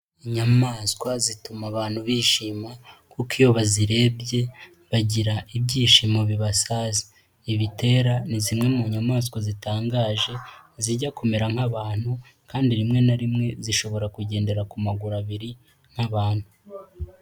Inyamaswa zituma abantu bishima kuko iyo bazirebye bagira ibyishimo bibasaze, ibitera ni zimwe mu nyamaswa zitangaje zijya kumera nk'abantu kandi rimwe na rimwe zishobora kugendera ku maguru abiri nk'abantu.